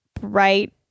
bright